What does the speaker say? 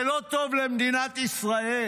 זה לא טוב למדינת ישראל.